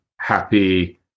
happy